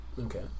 Okay